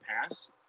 pass